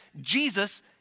Jesus